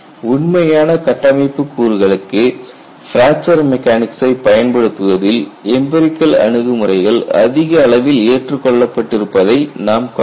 உண்மையான கட்டமைப்பு கூறுகளுக்கு பிராக்சர் மெக்கானிக்சை பயன்படுத்துவதில் எம்பிரிகல் அணுகுமுறைகள் அதிக அளவில் ஏற்றுக்கொள்ள பட்டிருப்பதை நாம் காணலாம்